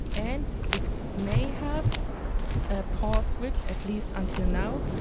and it may have a pause switch, at least until now,